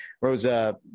Rosa